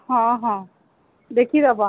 ହଁ ହଁ ଦେଖିଦେବା